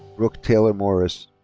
brooke taylor morris.